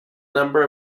number